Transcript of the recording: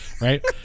right